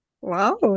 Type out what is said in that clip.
Wow